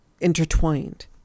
intertwined